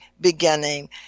beginning